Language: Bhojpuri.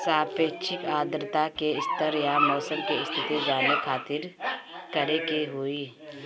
सापेक्षिक आद्रता के स्तर या मौसम के स्थिति जाने खातिर करे के होई?